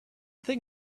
thing